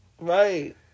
Right